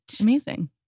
Amazing